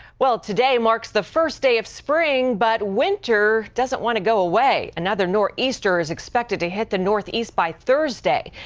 well, today marks the first day of spring, but winter doesn't want to go away. another nor'easter is expected to hit the northeast by thursday.